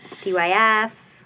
DYF